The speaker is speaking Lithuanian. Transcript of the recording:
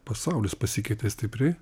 pasaulis pasikeitė stipriai